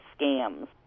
scams